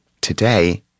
Today